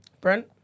Brent